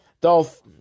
Dolph